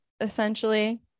essentially